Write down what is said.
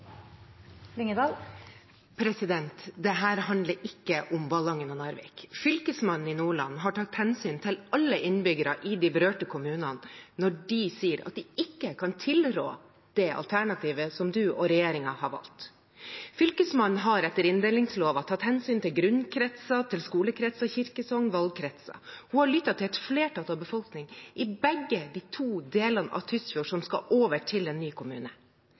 handler ikke om Ballangen og Narvik. Fylkesmannen i Nordland har tatt hensyn til alle innbyggerne i de berørte kommunene når de sier at de ikke kan tilrå det alternativet som du og regjeringen har valgt. Fylkesmannen har etter inndelingsloven tatt hensyn til grunnkretser, til skolekretser, til kirkesokn og til valgkretser. Hun har lyttet til et flertall av befolkningen i begge de to delene av Tysfjord som skal over til en ny kommune.